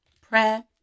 prayer